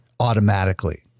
automatically